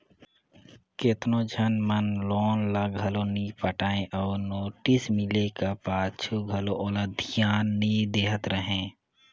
केतनो झन मन लोन ल घलो नी पटाय अउ नोटिस मिले का पाछू घलो ओला धियान नी देहत रहें